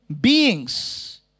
beings